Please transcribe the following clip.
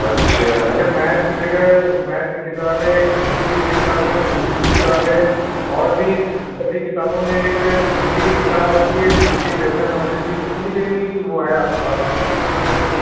अच्छा अच्छा मैथ की जगह मैथ की किताबें हिंदी की किताबें इंग्लिश की किताबें और भी सभी किताबों में एक जी के की किताब आती है जी के जेनरल नॉलेज की उसकों भी देनी है कि वो है आपके पास तीन किताबें रखी हैं